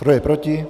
Kdo je proti?